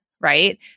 right